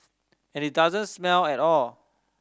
and it doesn't smell at all